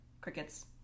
Crickets